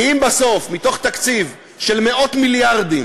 כי אם בסוף, מתוך תקציב של מאות מיליארדים,